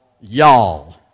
Y'all